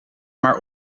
maar